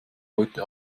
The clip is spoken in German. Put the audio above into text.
heute